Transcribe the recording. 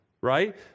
right